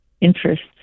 interests